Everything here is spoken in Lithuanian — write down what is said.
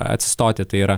atsistoti tai yra